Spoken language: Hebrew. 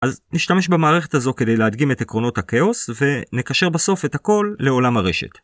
אז נשתמש במערכת הזו כדי להדגים את עקרונות הכאוס ונקשר בסוף את הכל לעולם הרשת.